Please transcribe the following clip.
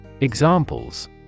Examples